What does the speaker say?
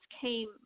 came